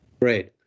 Great